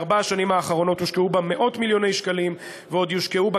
בארבע השנים האחרונות הושקעו בה מאות-מיליוני שקלים ועוד יושקעו בה